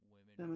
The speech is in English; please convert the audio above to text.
Women